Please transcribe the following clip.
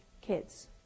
kids